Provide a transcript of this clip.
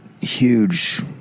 huge